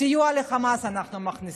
סיוע לחמאס אנחנו מכניסים.